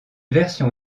version